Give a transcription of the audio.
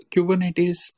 Kubernetes